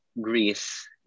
greece